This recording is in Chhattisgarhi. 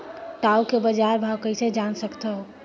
टाऊ के बजार भाव कइसे जान सकथव?